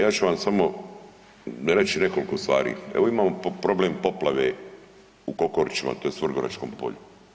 Ja ću vam samo reći nekoliko stvari, evo imamo problem poplave u Kokorićima, tj. Vrgoračkom polju.